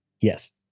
Yes